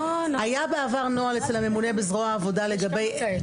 היה בעבר נוהל אצל הממונה בזרוע העבודה לגבי זה,